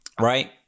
Right